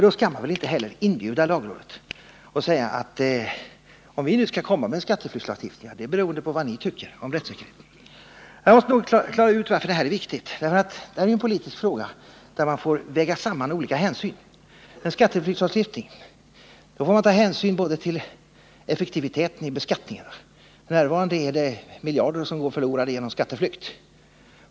Då skall man väl inte heller inbjuda lagrådet och säga: Om vi skall lägga fram förslag till en skatteflyktslagstiftning är beroende på vad ni tycker om rättssäkerheten. Jag måste klara ut varför det här är viktigt. Detta är ju en politisk fråga, där man får väga samman olika hänsyn. När det gäller skatteflyktslagstiftning får man ta hänsyn till effektiviteten i beskattningen —f. n. går miljarder förlorade i skatteflykt.